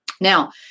Now